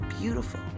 beautiful